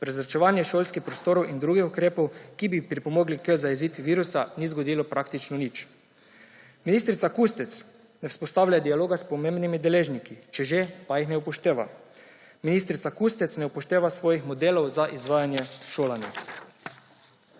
prezračevanje šolskih prostorov in drugih ukrepov, ki bi pripomogli k zajezitvi virusa, ni zgodilo praktično nič. Ministrica Kustec ne vzpostavlja dialoga s pomembnimi deležniki, če že, pa jih ne upošteva. Ministrica Kustec ne upošteva svojih modelov za izvajanje šolanja.